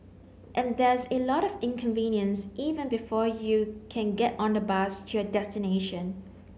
and there's a lot of inconvenience even before you can get on the bus to your destination